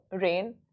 rain